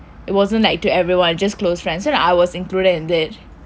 it wasn't like to everyone just close friends that I was included in it